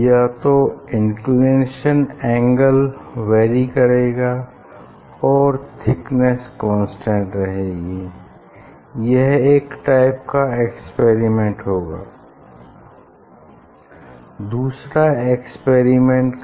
या तो inclination angle vary करेगा और थिकनेस कांस्टेंट रहेगी यह एक टाइप का एक्सपेरिमेंट होगा